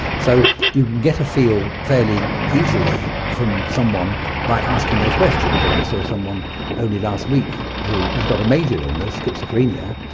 so you can get a feel fairly easily from someone by asking those questions. and i saw someone only last week who has got a major illness, schizophrenia,